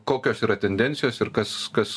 kokios yra tendencijos ir kas kas